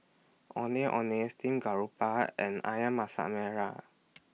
Ondeh Ondeh Steamed Garoupa and Ayam Masak Merah